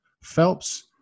Phelps